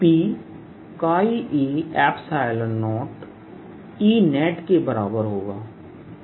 P e0Enet के बराबर है